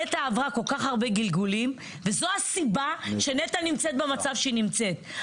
נת"ע עברה כל כך הרבה גלגולים וזו הסיבה שנת"ע נמצאת במצב שהיא נמצאת.